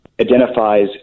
identifies